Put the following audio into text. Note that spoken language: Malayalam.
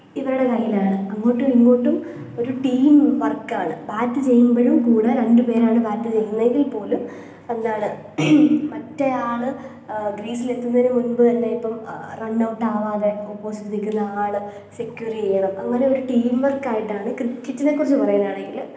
ഇവരുടെ കയ്യിലാണ് അങ്ങോട്ടും ഇങ്ങോട്ടും ഒരു ടീം വര്ക്ക് ആണ് ബാറ്റ് ചെയ്യുമ്പോഴും കൂടെ രണ്ട് പേരാണ് ബാറ്റ് ചെയ്യുന്നതെങ്കില് പോലും എന്താണ് മറ്റേ ആൾ ക്രീസിൽ എത്തുന്നതിന് മുൻപ് തന്നെ ഇപ്പം റൺ ഔട്ട് ആവാതെ ഓപ്പോസിറ്റ് നിൽക്കുന്ന ആൾ സെക്യൂർ ചെയ്യണം അങ്ങനെയൊരു ടീം വര്ക്ക് ആയിട്ടാണ് ക്രിക്കറ്റിനെക്കുറിച്ച് പറയാനാണെങ്കിൽ